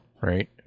right